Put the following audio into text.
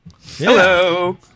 Hello